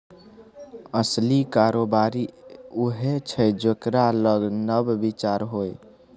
असली कारोबारी उएह छै जेकरा लग नब विचार होए